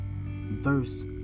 verse